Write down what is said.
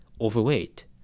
Overweight